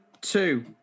two